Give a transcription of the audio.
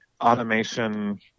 automation